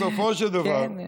בסופו של דבר,